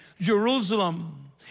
Jerusalem